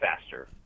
faster